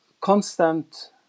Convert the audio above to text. constant